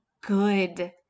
good